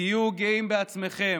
תהיו גאים בעצמכם.